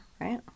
right